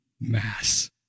mass